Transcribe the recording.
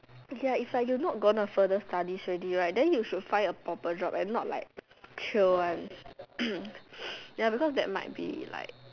okay ah if you like not gonna to further studies already right then you should find a proper job and not like chill one ya because there might be like